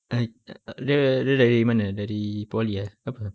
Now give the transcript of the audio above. uh err dia dia dari mana dari poly ah ke apa